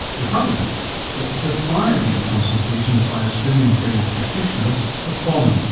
the trouble is that the supply of these consultations by australian general practitioners has fallen.